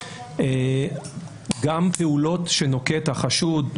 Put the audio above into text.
גם פעולות שנוקט החשוד,